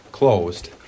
Closed